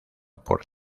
por